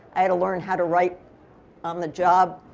i had to learn how to write on the job.